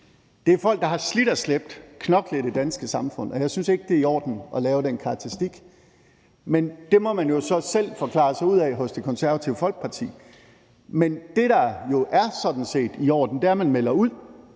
Det er folk, der har slidt og slæbt, knoklet i det danske samfund, og jeg synes ikke, det er i orden at lave den karakteristik, men det må man jo så selv forklare sig ud af hos Det Konservative Folkeparti. Men det, der er i orden, er jo sådan set, at man melder ud,